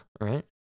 right